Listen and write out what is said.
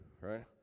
right